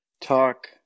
talk